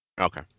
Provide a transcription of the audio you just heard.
Okay